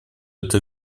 это